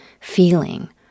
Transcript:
feeling